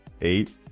Eight